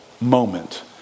moment